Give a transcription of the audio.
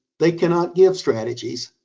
they cannot give strategies.